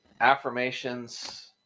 affirmations